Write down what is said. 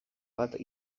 bat